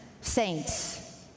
saints